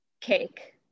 cake